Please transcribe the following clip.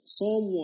Psalm